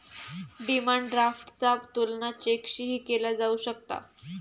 demand ड्राफ्टचा तुलना चेकशीही केला जाऊ शकता